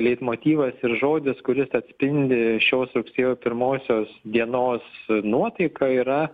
leitmotyvas ir žodis kuris atspindi šios rugsėjo pirmosios dienos nuotaiką yra